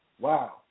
wow